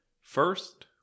First